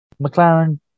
McLaren